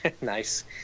nice